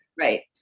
Right